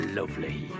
lovely